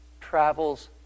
travels